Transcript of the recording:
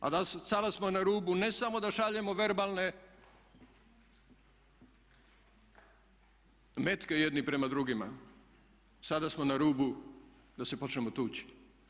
A sada smo na rubu ne samo da šaljemo verbalne metke jedni prema drugima, sada smo na rubu da se počnemo tući.